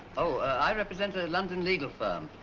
oh, i represent a london legal firm.